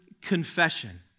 confession